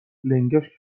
لنگش